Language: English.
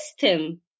system